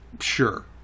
Sure